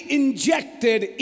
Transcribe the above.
injected